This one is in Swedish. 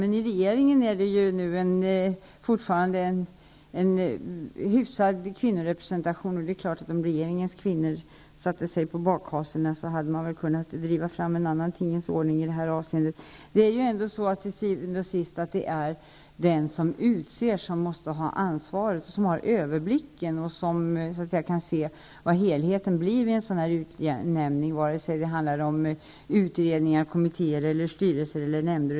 Men i regeringen är det fortfarande en hyfsad kvinnorepresentation. Om regeringens kvinnor satte sig på bakhasorna, hade de väl kunnat driva fram en annan tingens ordning i den här frågan. Till syvende och sist är det ändå den som utser som har ansvaret, har överblicken och kan se hur helheten blir vid en utnämning, vare sig det handlar om utredningar, kommittéer, styrelser eller nämnder.